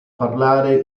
parlare